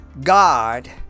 God